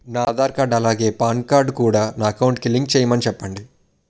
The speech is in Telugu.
నా ఆధార్ కార్డ్ అలాగే పాన్ కార్డ్ కూడా నా అకౌంట్ కి లింక్ చేయమని చెప్పండి